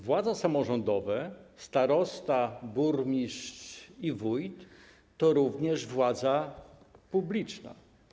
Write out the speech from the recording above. Władze samorządowe: starosta, burmistrz i wójt - to również władza publiczna.